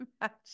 imagine